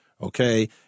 Okay